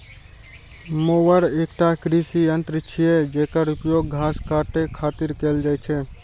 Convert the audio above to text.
mower एकटा कृषि यंत्र छियै, जेकर उपयोग घास काटै खातिर कैल जाइ छै